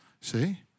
See